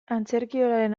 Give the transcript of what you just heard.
antzerkiolaren